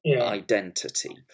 identity